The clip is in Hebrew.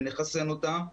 ונחסן אותם,